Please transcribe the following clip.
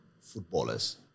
footballers